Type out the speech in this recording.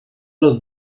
los